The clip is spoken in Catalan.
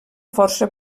força